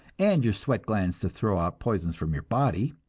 and your sweat glands to throw out poisons from your body,